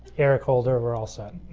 eric holder we're all set.